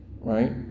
right